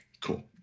Cool